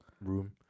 room